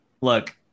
Look